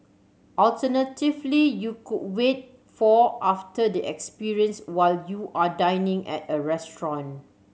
alternatively you could wait for after the experience while you are dining at a restaurant